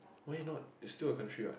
why not it's still a country what